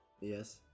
Yes